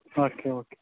okay okay